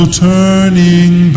turning